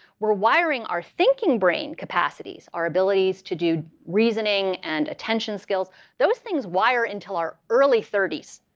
we're wiring our thinking brain capacities, our abilities to do reasoning and attention skills those things wire until our early thirty s.